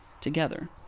together